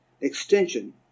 extension